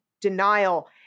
denial